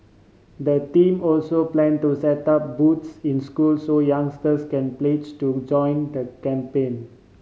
the team also plan to set up booths in schools so youngsters can pledge to join the campaign